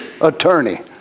attorney